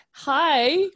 hi